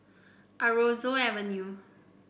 Aroozoo Avenue